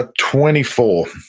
ah twenty four.